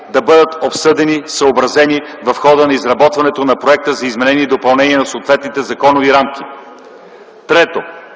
да бъдат обсъдени и съобразени в хода на изработването на проекти за изменения и допълнения на съответните законови норми. 3.